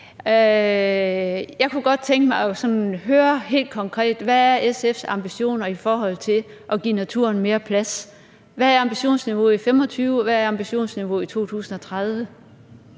Jeg kunne godt tænke mig at høre sådan helt konkret, hvad SF's ambitioner er i forhold til at give naturen mere plads. Hvad er ambitionsniveauet i 2025, og hvad er ambitionsniveauet i 2030?